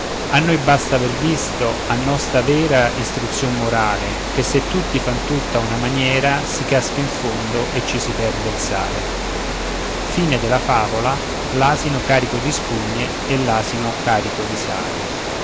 a noi basta aver visto a nostra vera istruzïon morale che se tutti fan tutto a una maniera si casca in fondo e ci si perde il sale l